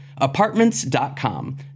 Apartments.com